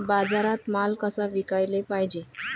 बाजारात माल कसा विकाले पायजे?